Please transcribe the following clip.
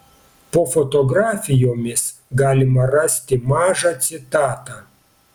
po fotografijomis galima rasti mažą citatą